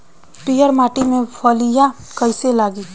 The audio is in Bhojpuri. पीयर माटी में फलियां कइसे लागी?